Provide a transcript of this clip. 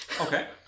Okay